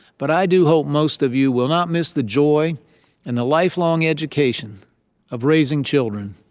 but i do hope most of you will not miss the joy and the lifelong education of raising children.